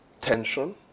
tension